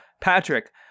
Patrick